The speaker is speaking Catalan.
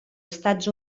estats